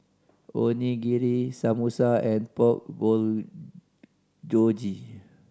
Onigiri Samosa and Pork Bulgogi